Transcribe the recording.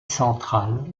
centrale